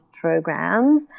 programs